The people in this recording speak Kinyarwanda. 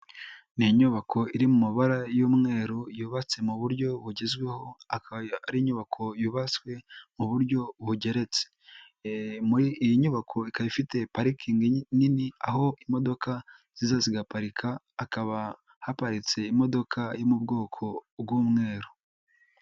Ni inyubako iri mu mabara y'umweru, yubatse mu buryo bugezweho, akaba ari inyubako yubatswe mu buryo bugeretse, muri iyi nyubako ikaba ifite parikingi nini, aho imodoka ziza zigaparika, akaba haparitse imodoka yo mu bwoko bw'umweru.